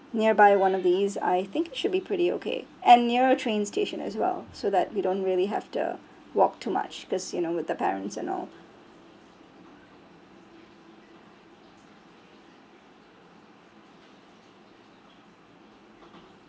nearby one of these I think it should be pretty okay and near a train station as well so that we don't really have to walk too much cause you know with the parents and all